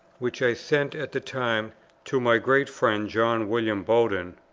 which i sent at the time to my great friend, john william bowden,